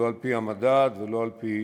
לא על-פי המדד ולא על-פי